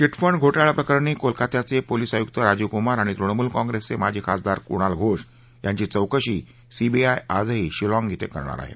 विटफंड घोटाळ्याप्रकरणी कोलकात्याचे पोलीस आयुक्त राजीव कुमार आणि तृणमूल काँप्रेसचे माजी खासदार कुणाल घोष यांची चौकशी सीबीआय आजही शिलाँग इथं करणार आहे